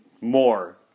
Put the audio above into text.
more